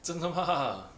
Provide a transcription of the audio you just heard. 真的吗